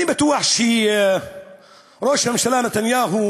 אני בטוח שראש הממשלה נתניהו,